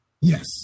Yes